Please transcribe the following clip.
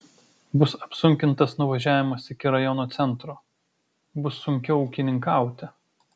bus apsunkintas nuvažiavimas iki rajono centro bus sunkiau ūkininkauti